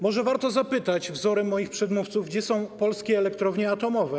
Może warto zapytać wzorem moich przedmówców: Gdzie są polskie elektrownie atomowe?